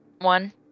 One